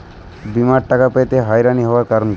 বিমার টাকা পেতে হয়রানি হওয়ার কারণ কি?